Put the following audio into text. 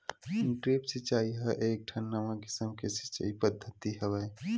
drip सिचई ह एकठन नवा किसम के सिचई पद्यति हवय